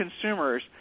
consumers